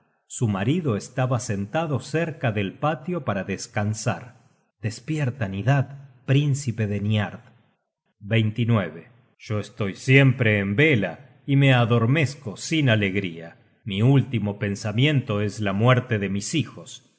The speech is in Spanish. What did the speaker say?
su marido estaba sentado cerca del patio para descansar despierta nidad príncipe de niard yo estoy siempre en vela y me adormezco sin alegría mi último pensamiento es la muerte de mis hijos